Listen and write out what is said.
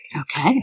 Okay